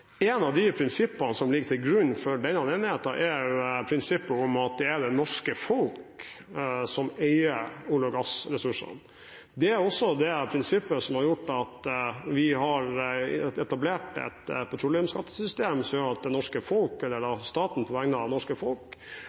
av prinsippene som ligger til grunn for denne enigheten, er prinsippet om at det er det norske folk som eier olje- og gassressursene. Det er også det prinsippet som har gjort at vi har etablert et petroleumsskattesystem som gjør at det norske folk, eller staten på vegne av det norske folk,